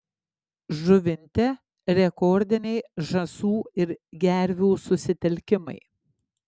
žuvinte rekordiniai žąsų ir gervių susitelkimai